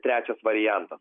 trečias variantas